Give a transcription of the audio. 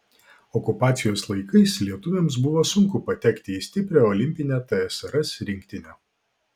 okupacijos laikais lietuviams buvo sunku patekti į stiprią olimpinę tsrs rinktinę